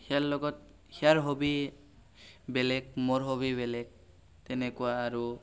সিয়াৰ লগত সিয়াৰ হবী বেলেগ মোৰ হবী বেলেগ তেনেকুৱা আৰু